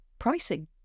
Pricing